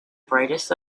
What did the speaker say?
brightness